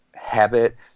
habit